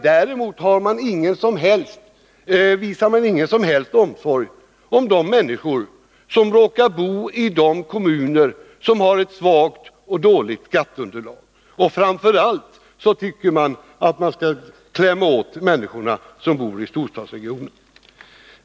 Däremot visar man ingen som helst omsorg om de människor som råkar bo i kommuner med ett dåligt skatteunderlag. Framför allt vill man klämma åt de människor som bor i storstadsregioner.